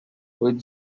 with